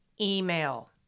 email